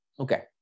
Okay